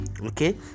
okay